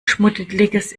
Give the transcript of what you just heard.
schmuddeliges